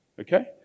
Okay